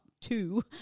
two